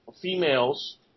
females